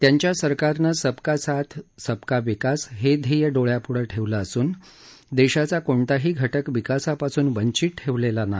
त्यांच्या सरकारनं सबका साथ सबका विकास हे ध्येय डोळ्यांप्ढे ठेवलं असून देशाचा कोणताही घटक विकासापासून वंचित ठेवलेला नाही